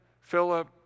Philip